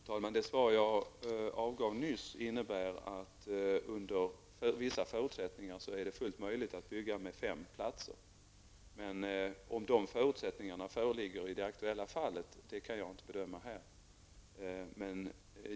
Fru talman! Det svar jag avgav nyss innebär att det under vissa förutsättningar är fullt möjligt att bygga med fem platser. Om de förutsättningarna föreligger i det aktuella fallet, kan jag inte bedöma här.